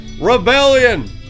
rebellion